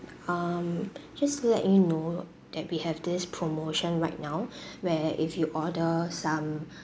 um just to let you know that we have this promotion right now where if you order some